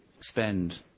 spend